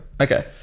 Okay